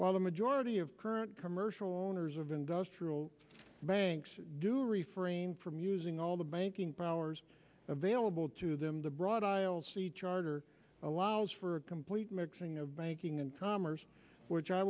while the majority of current commercial owners of industrial banks do refrain from using all the banking powers available to them the broad aisles the charter allows for a complete mixing of banking and commerce which i